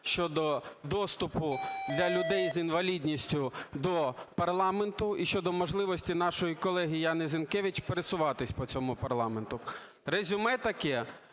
щодо доступу для людей з інвалідністю до парламенту і щодо можливості нашої колеги Яни Зінкевич пересуватися по цьому парламенту. Резюме таке